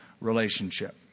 relationship